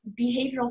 behavioral